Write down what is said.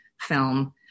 film